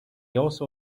also